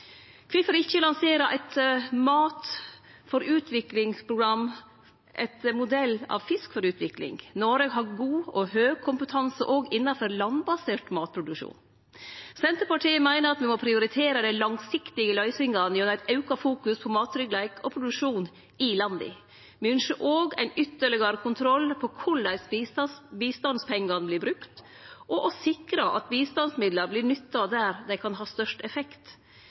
Kvifor ikkje lansere eit «Mat for utvikling»-program etter modell av Fisk for utvikling? Noreg har høg og god kompetanse òg innanfor landbasert matproduksjon. Senterpartiet meiner at me må prioritere dei langsiktige løysingane gjennom auka fokusering på mattryggleik og produksjon i landa. Me ynskjer òg ein ytterlegare kontroll på korleis bistandspengane vert brukte, og å sikre at bistandsmidlar vert nytta der dei kan ha størst effekt.